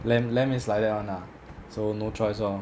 lamb lamb is like that [one] lah so no choice lor